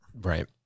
Right